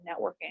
networking